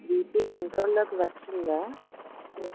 BP కంట్రోల్లోకి వచ్చిందా